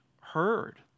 heard